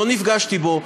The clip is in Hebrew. לא פגשתי בו,